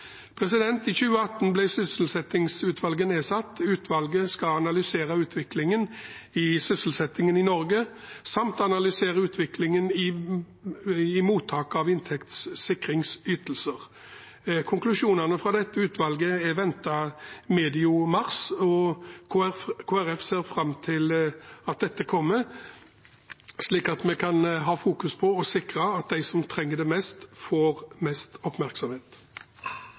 I 2018 ble sysselsettingsutvalget nedsatt. Utvalget skal analysere utviklingen i sysselsettingen i Norge samt analysere utviklingen i mottak av inntektssikringsytelser. Konklusjonene fra dette utvalget er ventet medio mars. Kristelig Folkeparti ser fram til at dette kommer, slik at vi kan fokusere på å sikre at de som trenger det mest, får mest oppmerksomhet.